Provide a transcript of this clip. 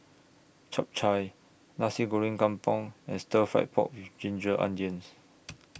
Chap Chai Nasi Goreng Kampung and Stir Fry Pork with Ginger Onions